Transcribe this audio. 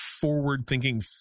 forward-thinking